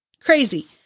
Crazy